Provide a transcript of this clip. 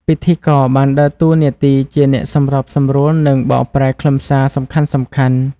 ពិធីករបានដើរតួនាទីជាអ្នកសម្របសម្រួល និងបកប្រែខ្លឹមសារសំខាន់ៗ។